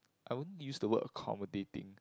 I won't use the word accommodating